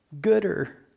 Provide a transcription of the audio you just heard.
gooder